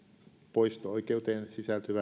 poisto oikeuteen